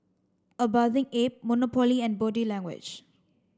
A Bathing Ape Monopoly and Body Language